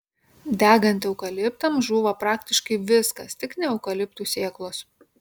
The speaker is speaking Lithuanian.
degant eukaliptams žūva praktiškai viskas tik ne eukaliptų sėklos